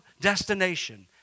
destination